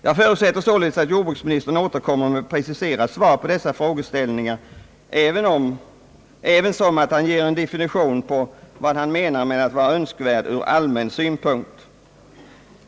Jag förutsätter således att jordbruksministern återkommer med preciserat svar på dessa frågeställningar ävensom att han ger en definition på vad han menar med att vara »önskvärd ur allmän synpunkt».